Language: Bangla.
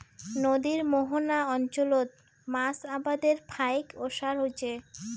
নদীর মোহনা অঞ্চলত মাছ আবাদের ফাইক ওসার হইচে